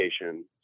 education